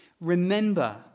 Remember